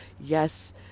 Yes